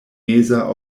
meza